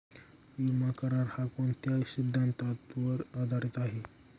विमा करार, हा कोणत्या सिद्धांतावर आधारीत आहे?